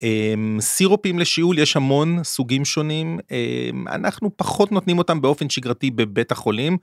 אממ.. סירופים לשיעול יש המון סוגים שונים אמ.. אנחנו פחות נותנים אותם באופן שגרתי בבית החולים.